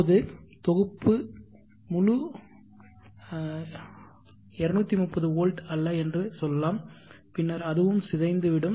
இப்போது தொகுப்பு முழு 230 வோல்ட் அல்ல என்று சொல்லலாம் பின்னர் அதுவும் சிதைந்துவிடும்